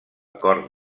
cort